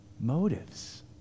motives